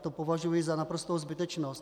To považuji za naprostou zbytečnost.